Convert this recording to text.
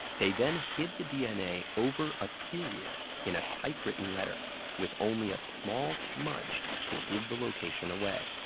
they then hid the dna over a period in a type-written letter with only a small smudge to give the location away.